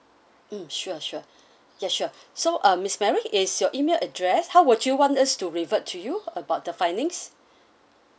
mm sure sure yes sure so um miss mary is your email address how would you want us to revert to you about the findings